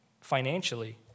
financially